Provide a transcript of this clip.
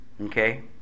okay